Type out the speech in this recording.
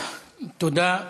תודה.